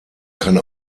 kann